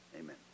amen